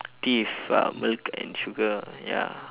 tea with uh milk and sugar ya